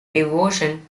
devotion